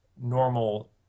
normal